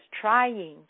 trying